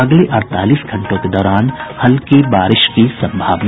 अगले अड़तालीस घंटों के दौरान हल्की बारिश की सम्भावना